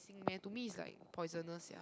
~cing meh to me is like poisonous sia